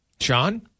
Sean